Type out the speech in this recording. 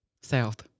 South